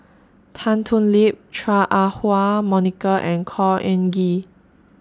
Tan Thoon Lip Chua Ah Huwa Monica and Khor Ean Ghee